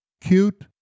cute